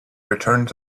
returned